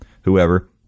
whoever